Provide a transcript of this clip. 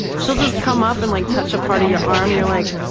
she'll just come up and, like, touch a part of your arm. you're like,